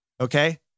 Okay